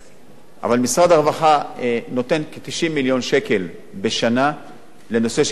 אבל משרד הרווחה נותן כ-90 מיליון שקל בשנה לנושא של ביטחון תזונתי.